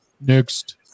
next